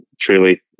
truly